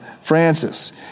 Francis